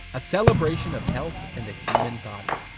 a celebration of health and the human body.